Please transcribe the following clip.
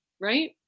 Right